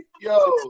Yo